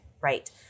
right